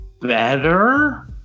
better